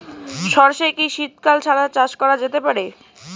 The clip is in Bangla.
সর্ষে কি শীত কাল ছাড়া চাষ করা যেতে পারে?